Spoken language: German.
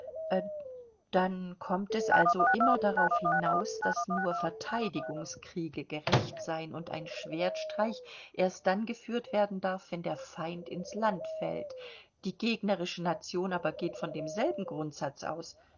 dann kommt es also immer darauf hinaus daß nur verteidigungskriege gerecht seien und ein schwertstreich erst dann geführt werden darf wenn der feind ins land fällt die gegnerische nation aber geht von demselben grundsatz aus